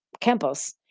Campos